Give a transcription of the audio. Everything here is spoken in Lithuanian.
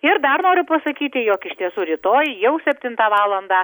ir dar noriu pasakyti jog iš tiesų rytoj jau septintą valandą